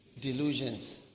delusions